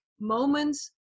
moments